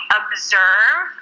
observe